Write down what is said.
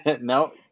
No